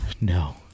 No